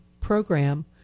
program